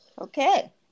okay